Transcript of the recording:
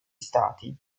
stati